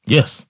Yes